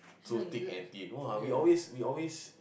through thick and thin !wah! we always we always